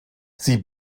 sie